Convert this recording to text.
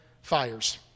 fires